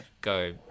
go